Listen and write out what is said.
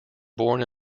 born